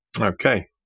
Okay